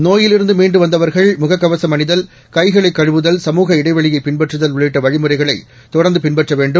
நோயில்இருந்துமீண்டுவந்தவர்கள் முகக்கவசம்அணிதல் கைகளைகழுவுதல் சமூகஇடைவெளிபின்பற்றுதல்உள்ளிட்டவழிமுறைகளை தொடர்ந்துபின்பற்றவேண்டும்